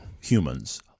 humans